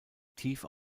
tief